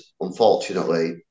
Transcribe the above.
unfortunately